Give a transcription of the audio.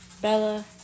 Bella